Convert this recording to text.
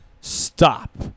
stop